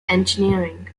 engineering